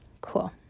Cool